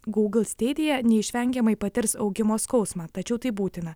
google stadia neišvengiamai patirs augimo skausmą tačiau tai būtina